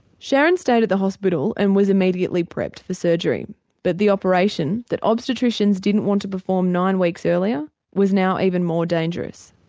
sharon stayed at the hospital and was immediately prepped for surgery but the operation that obstetricians didn't want to perform nine weeks earlier was now even more dangerous.